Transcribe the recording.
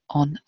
on